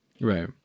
Right